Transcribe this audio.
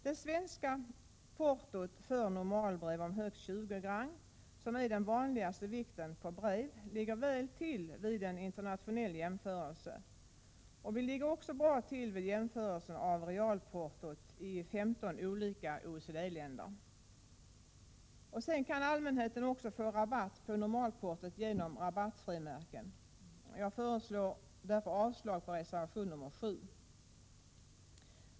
Det svenska portot för normalbrev på högst 20 gram, som är den vanligaste vikten på brev, ligger väl till vid en internationell jämförelse. Vi ligger också bra till vid jämförelsen av realportot i femton olika OECD-länder. Allmänheten kan ju också få rabatt på normalportot genom rabattfrimärken. Jag föreslår därför avslag på reservation 7.